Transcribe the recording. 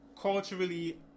Culturally